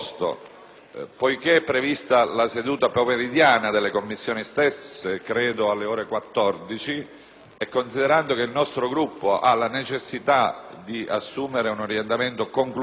Poiché è stata convocata una seduta pomeridiana delle Commissioni riunite stesse alle ore 14 e considerando che il nostro Gruppo ha la necessità di assumere un orientamento conclusivo